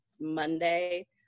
Monday